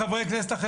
מילא לחברי הכנסת,